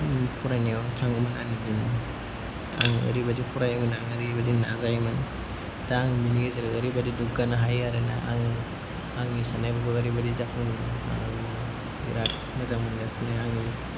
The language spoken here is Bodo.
आंनि फरायनायाव थाङोमोन आंनि दिन आं ओरैबादि फरायोमोन आं ओरैबादि नाजायोमोन दा आं बिनि गेजेराव ओरैबादि दुग्गानो हायो आरोना आं आंनि सान्नायफोरखौ ओरैबादि जाफुंदों आं बेराद मोजां मोनगासिनो आङो